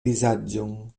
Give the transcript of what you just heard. vizaĝon